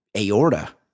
aorta